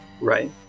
Right